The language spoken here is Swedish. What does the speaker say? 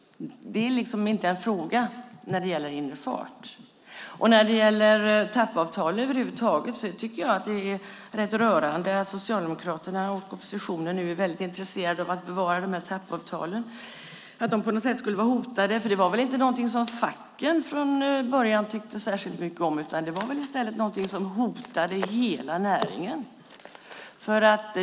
Det är liksom inte en fråga när det gäller inre fart. När det gäller TAP-avtal över huvud taget tycker jag att det är rätt rörande att Socialdemokraterna och oppositionen nu är väldigt intresserade av att bevara dem och tror att de på något sätt skulle vara hotade. TAP-avtalen var väl inte någonting som facken från början tyckte särskilt mycket om, utan de var väl i stället något som hotade hela näringen.